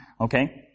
Okay